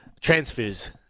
transfers